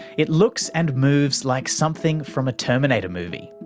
it looks and moves like something from a terminator movie,